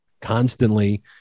constantly